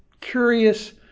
curious